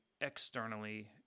externally